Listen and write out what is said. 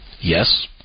yes